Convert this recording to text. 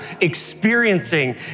experiencing